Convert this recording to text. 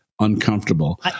uncomfortable